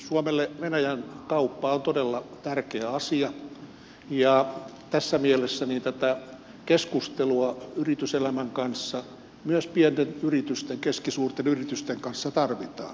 suomelle venäjän kauppa on todella tärkeä asia ja tässä mielessä tätä keskustelua yrityselämän kanssa myös pienten yritysten keskisuurten yritysten kanssa tarvitaan